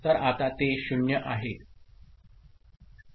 तर आता ते 0 आहे